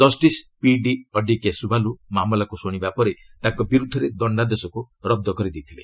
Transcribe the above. justice P D Adikesavalu ମାମଲାକୁ ଶୁଶିବା ପରେ ତାଙ୍କ ବିରୁଦ୍ଧରେ ଦଶ୍ଡାଦେଶକୁ ରଦ୍ଦ କରିଦେଇଥିଲେ